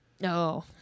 No